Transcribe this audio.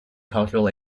cultural